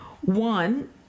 One